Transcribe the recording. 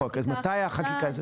אז מתי החקיקה?